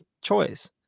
choice